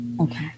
Okay